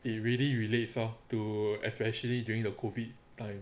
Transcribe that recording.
it really relates lor to especially to during the COVID time